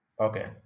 Okay